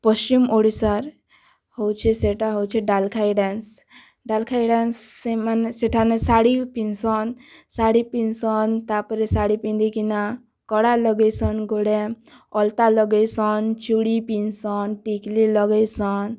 ପଶ୍ଚିମ୍ ଓଡ଼ିଶାର୍ ହଉଛେ ସେଟା ହେଉଛେ ଡାଲଖାଇ ଡେନ୍ସ୍ ଡାଲଖାଇ ଡେନ୍ସ୍ ସେମାନେ ସେଠାନେ ଶାଢୀ ପିନ୍ଧସନ୍ ଶାଢୀ ପିନ୍ଧସନ୍ ତାର୍'ପରେ ଶାଢୀ ପିନ୍ଧିକିନା କଳା ଲଗେଇସନ୍ ଗୁଡ଼େ ଅଲତା ଲଗେଇସନ୍ ଚୁଡ଼ି ପିନ୍ଧସନ୍ ଟିକ୍ଲି ଲଗେଇସନ୍